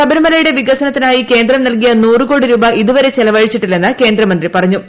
ശബരിമലയുടെ വികസനത്തിനായി കേന്ദ്രം നൽകിയ നൂറ് കോടി രൂപ ചെലവഴിച്ചിട്ടില്ലെന്ന് കേന്ദ്രമന്ത്രി പറഞ്ഞു